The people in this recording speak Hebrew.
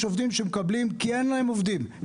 עובדים שמקבלים 1,000 שקלים ליום כי אין להם עובדים,